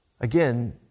again